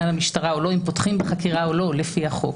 למשטרה או לא ואם פותחים בחקירה או לא לפי החוק.